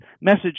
message